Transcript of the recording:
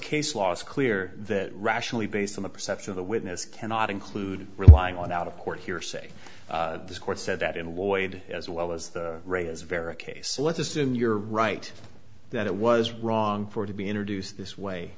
case last clear that rationally based on the perception of the witness cannot include relying on out of court hearsay this court said that in lloyd as well as the re is vera case let's assume you're right that it was wrong for to be introduced this way